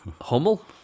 hummel